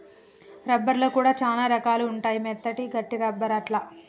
rubber లో కూడా చానా రకాలు ఉంటాయి మెత్తటి, గట్టి రబ్బర్ అట్లా